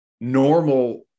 normal